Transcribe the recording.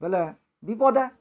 ବୋଇଲେ ବିପଦେ